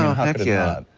heck yeah,